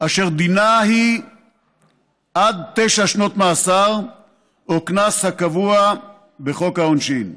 אשר דינה הוא עד תשע שנות מאסר או קנס הקבוע בחוק העונשין.